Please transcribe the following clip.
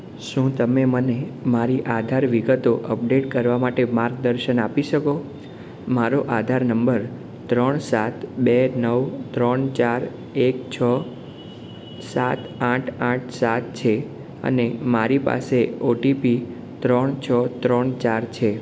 શું તમે મને મારી આધાર વિગતો અપડેટ કરવા માટે માર્ગદર્શન આપી શકો મારો આધાર નંબર ત્રણ સાત બે નવ ત્રણ ચાર એક છ સાત આઠ આઠ સાત છે અને મારી પાસે ઓટીપી ત્રણ છ ત્રણ ચાર છે